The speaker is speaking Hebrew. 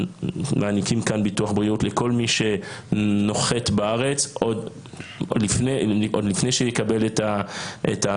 שמעניקים כאן ביטוח בריאות לכל מי שנוחת בארץ עוד לפני שיקבל את הזכאות.